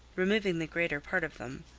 removing the greater part of them.